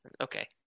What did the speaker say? Okay